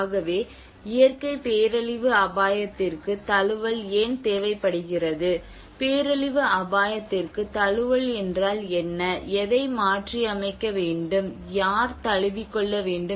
ஆகவே இயற்கை பேரழிவு அபாயத்திற்கு தழுவல் ஏன் தேவைப்படுகிறது பேரழிவு அபாயத்திற்கு தழுவல் என்றால் என்ன எதை மாற்றியமைக்க வேண்டும் யார் தழுவிக்கொள்ள வேண்டும்